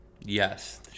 Yes